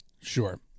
sure